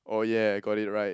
oh yeah I got it right